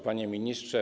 Panie Ministrze!